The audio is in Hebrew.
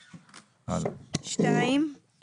שתיים,